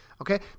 Okay